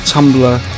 Tumblr